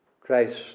Christ